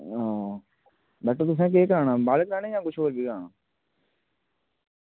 हां बैठो तुसें केह् कराना बाल कटाने जां कुछ होर बी कराना